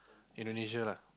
Indonesia lah